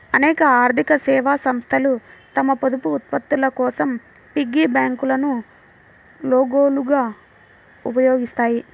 అనేక ఆర్థిక సేవా సంస్థలు తమ పొదుపు ఉత్పత్తుల కోసం పిగ్గీ బ్యాంకులను లోగోలుగా ఉపయోగిస్తాయి